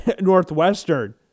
Northwestern